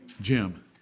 Jim